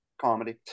comedy